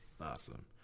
Awesome